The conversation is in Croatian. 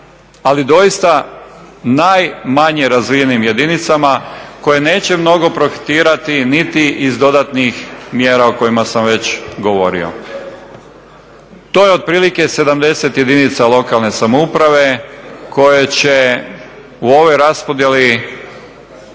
ali doista najmanje razvijenim jedinicama koje neće mnogo profitirati niti iz dodatnih mjera o kojima sam već govorio. To je otprilike 70 jedinica lokalne samouprave koje će u ovoj raspodjeli